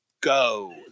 go